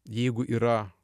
jeigu yra